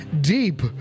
deep